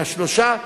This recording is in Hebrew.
מהשלושה,